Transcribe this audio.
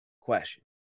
Question